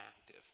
active